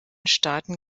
staaten